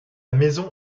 maison